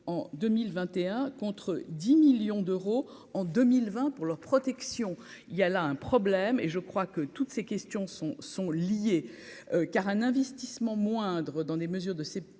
en 2021 contre 10 millions d'euros en 2020 pour leur protection, il y a là un problème et je crois que toutes ces questions sont sont liés, car un investissement moindre dans des mesures de